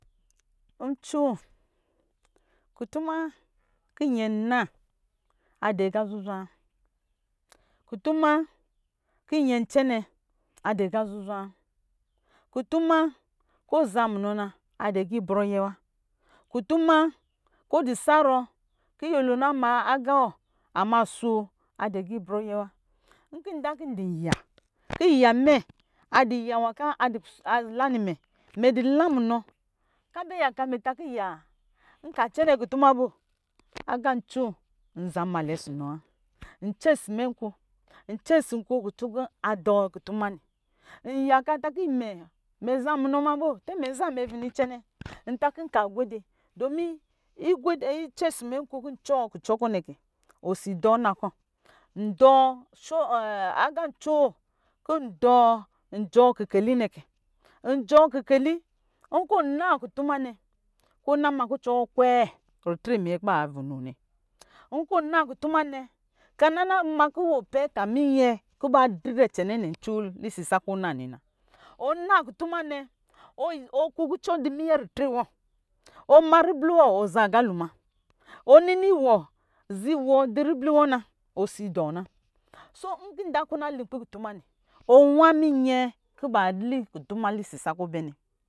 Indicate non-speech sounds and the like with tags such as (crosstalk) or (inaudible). Ncoo kutuma kɔ nyɛ nna adu aqa zuzwa kutuma kɔ nyɛ cɛnɛ adu aqa zuzwa wa kutuma kɔ aza mnna adu aqa ibrɔ ayɛ wa kutuma kɔ di sarɔ kɔ yɛlo ana ma agaa wɔ ka ina so adu aqa ibrɔ ayɛ wa nkɔ nda ki ndi nya ki ya mɛ adu ya nwa kɔ ala nmɛ mɛ la munɔ kɔ abɛ yaka imɛ ta kɔ ya nka cɛnɛ kutuma bɔ aqa ncoo nzo nmalɔ ɔsɔ nɔ lo ncɛ si nko kutun kɔ adɔɔ kutunɛ nyaka takɔ imɛ mɛ zan munɔ ma bo tɛmɛ za me beni cɛnɛ nka gwede domi kɛsi mɛ nko kɔ ncɔnɛ kɛ osi dɔɔ nna kɔ (hesitation) aga coo amɛ kɛ njɔɔ kikeli nkɔ ɔna kutuma nɛ kɔ ɔna ma kucɔ wɔ kwɛɛ ritre aminɛ kɔ ba vunɔ nɛ nkɔ wɔ na kutu nɛ ka na me ta kɔ wɔ pɛ ka minyɛ kɔ ba didrɛ cɛnɛnɛ ncoo lisis sakɔ ɔ na nɛ na ɔna kutuma nɛ ɔkuku cɔ di minye ritre wɔ ɔma nbli wɔ ɔzaa agalo ma ɔnini wɔ ziwɔ dikibli wɔ na osi dɔ na so nda nkɔ ɔna linkpi kuitu ma nɛ ɔ wa minyɛ kɔ bali nkutuma lisi sakɔ ɔbɛnɛ.